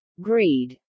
greed